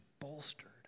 bolstered